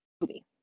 movie